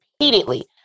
repeatedly